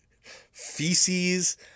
feces